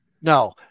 No